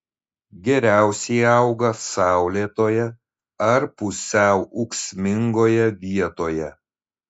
geriausiai auga saulėtoje ar pusiau ūksmingoje vietoje